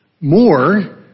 More